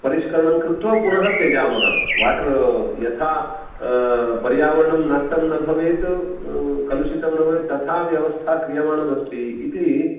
परिष्करणं कृत्वा पुनः त्यजामः वाटर् यथा पर्यावरणं नष्टं न भवेत् कलुषितं न भवेत् तथा व्यवस्थां क्रियमाणमस्ति इति